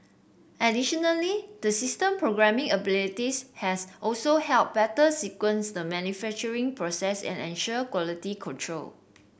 additionally the system programming abilities have also helped better sequence the manufacturing process and ensure quality control